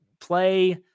play